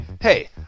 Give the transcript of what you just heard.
Hey